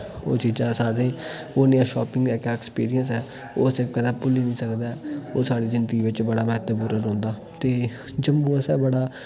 ओह् चीजां असें आखदे ओह् नेहा शापिंग इक ऐसा ऐक्सपीरियंस ऐ ओह् असें कदें भुल्ली नी सकदा ऐ ओह् साढ़ी जिंदगी बिच्च बड़ा म्हत्तवपूर्ण रौह्न्दा ते जम्मू असें बड़ा